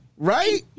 Right